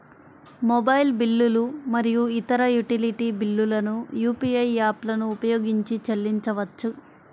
mobile బిల్లులు మరియు ఇతర యుటిలిటీ బిల్లులను యూ.పీ.ఐ యాప్లను ఉపయోగించి చెల్లించవచ్చు